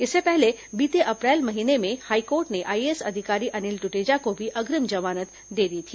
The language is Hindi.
इससे पहले बीते अप्रैल महीने में हाईकोर्ट ने आईएएस अधिकारी अनिल दुटेजा को भी अग्रिम जमानत दे दी थी